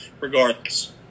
regardless